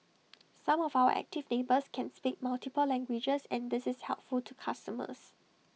some of our active neighbours can speak multiple languages and this is helpful to customers